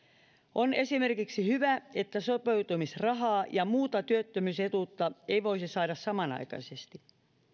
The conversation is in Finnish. on esimerkiksi hyvä että sopeutumisrahaa ja muuta työttömyysetuutta ei voisi saada samanaikaisesti